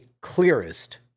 clearest